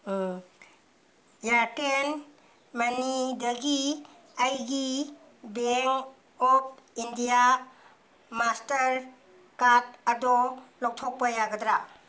ꯏꯌꯥꯔꯇꯦꯟ ꯃꯅꯤꯗꯒꯤ ꯑꯩꯒꯤ bank of India Mastercard ꯑꯗꯣ ꯂꯧꯊꯣꯛꯄ ꯌꯥꯒꯗ꯭ꯔꯥ